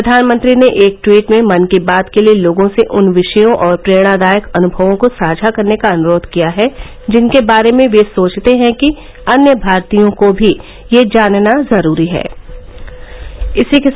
प्रधानमंत्री ने एक ट्वीट में मन की बात के लिए लोगों से उन विषयों और प्रेरणादायक अनुमयों को साझा करने का अनुरोध किया है जिनके बारे में वे सोचते हैं कि अन्य भारतीयों को भी यह जानना चाहिए